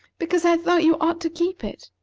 because i thought you ought to keep it.